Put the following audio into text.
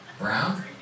Brown